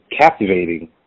captivating